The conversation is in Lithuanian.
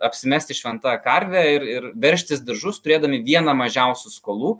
apsimesti šventa karve ir ir veržtis diržus turėdami vieną mažiausių skolų